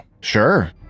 Sure